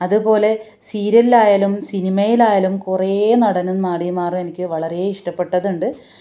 അതുപോലെ സീരിയലിലായാലും സിനിമയിലായാലും കുറെ നടനും നടീമാരും എനിക്ക് വളരെ ഇഷ്ടപ്പെട്ടത് ഉണ്ട്